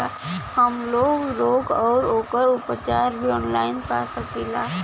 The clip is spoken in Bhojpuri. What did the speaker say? हमलोग रोग अउर ओकर उपचार भी ऑनलाइन पा सकीला?